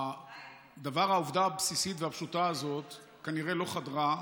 הדבר, העובדה הבסיסית והפשוטה הזאת כנראה לא חדרה,